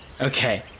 okay